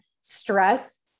stress